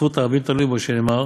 וזכות הרבים תלויה בו, שנאמר